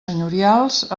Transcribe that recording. senyorials